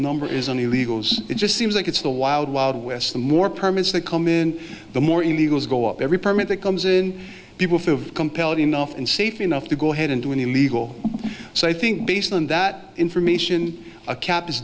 number is on the illegals it just seems like it's the wild wild west the more permits that come in the more illegals go up every permit that comes in people feel compelled enough and safe enough to go ahead and do an illegal so i think based on that information a cap is